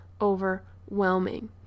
overwhelming